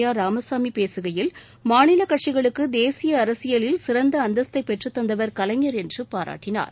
R Ramasamy பேசுகையில் மாநில கட்சிகளுக்கு தேசிய அரசியலில் சிறந்த அந்தஸ்தை பெற்றுத் தந்தவர் கலைஞர் என்று பாராட்டினார்